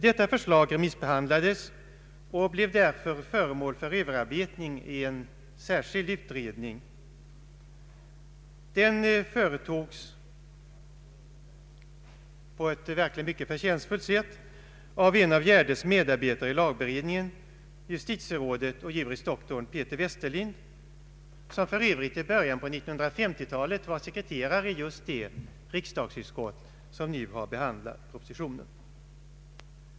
Detta förslag remissbehandlades och blev därefter föremål för överarbetning genom en särskild utredning, som på ett mycket förtjänstfullt sätt utfördes av en av Gärdes medarbetare i lagberedningen, justitierådet och juris doktorn Peter Westerlind, vilken för övrigt i början av 1950-talet var sekreterare i just det riksdagsutskott som nu har behandlat propositionen.